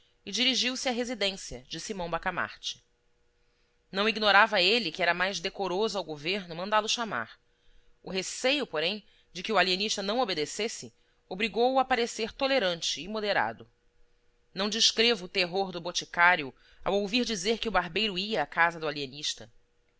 e dirigiu-se à residência de simão bacamarte não ignorava ele que era mais decoroso ao governo mandá-lo chamar o receio porém de que o alienista não obedecesse obrigou-o a parecer tolerante e moderado não descrevo o terror do boticário ao ouvir dizer que o barbeiro ia à casa do